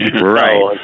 Right